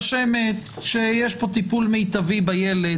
סוציאלי לנוער שיש פה טיפול מיטבי בילד,